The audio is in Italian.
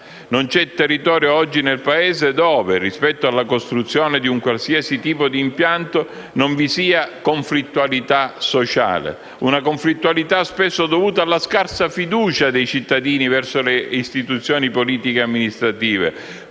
Non c'è territorio oggi nel Paese dove, rispetto alla costruzione di un qualsiasi tipo di impianto, non vi sia conflittualità sociale; una conflittualità spesso dovuta alla scarsa fiducia dei cittadini verso le istituzioni politiche e amministrative,